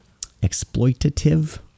Exploitative